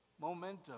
Momentum